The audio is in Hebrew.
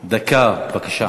דקה, בבקשה.